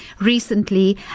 recently